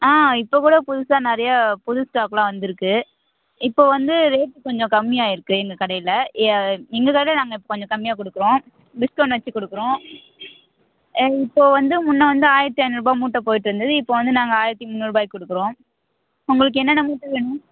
ஆ இப்போக்கூட புதுசாக நிறையா புது ஸ்டாக் எல்லாம் வந்து இருக்கு இப்போ வந்து ரேட்டு கொஞ்சம் கம்மியாகி இருக்கு எங்கள் கடையில் ஏ இந்த தடவை நாங்கள் இப்போ கொஞ்சம் கம்மியாக கொடுக்குறோம் டிஸ்க்கவுண்ட் வச்சு கொடுக்குறோம் ஏ இப்போ வந்து முன்னே வந்து ஆயிரத்து ஐந்நூறுரூபா மூட்டை போயிகிட்டு இருந்துது இப்போ வந்து நாங்கள் ஆயிரத்து முந்நூருபாய்க்கு கொடுக்குறோம் உங்களுக்கு என்னென்ன மூட்டை வேணும்